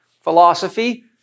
philosophy